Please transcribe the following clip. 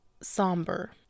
somber